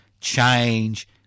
change